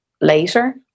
later